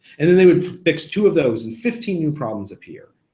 and then they would fix two of those and fifteen new problems appear.